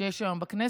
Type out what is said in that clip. שיש היום בכנסת,